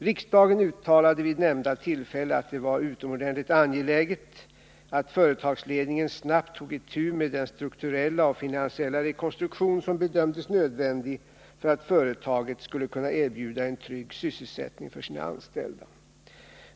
Riksdagen uttalade vid nämnda tillfälle att det var utomordentligt angeläget att företagsledningen snabbt tog itu med den strukturella och finansiella rekonstruktion som bedömdes nödvändig för att företaget skulle kunna erbjuda en trygg sysselsättning för sina anställda.